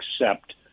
accept